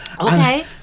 okay